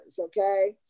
Okay